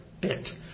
bit